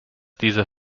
dieser